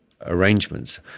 arrangements